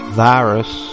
virus